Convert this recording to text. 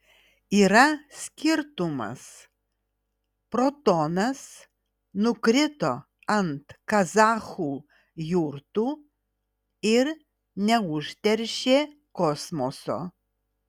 yra skirtumas protonas nukrito ant kazachų jurtų ir neužteršė kosmoso